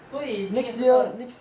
所以明年是二